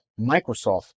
Microsoft